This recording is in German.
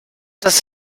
das